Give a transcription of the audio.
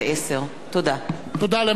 תודה למזכירת הכנסת.